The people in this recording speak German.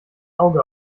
auge